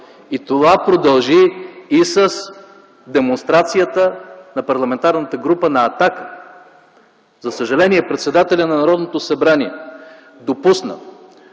Това продължи и с демонстрацията на Парламентарната група на „Атака”. За съжаление председателят на Народното събрание допусна